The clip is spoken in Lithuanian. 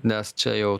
nes čia jau